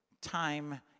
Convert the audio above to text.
time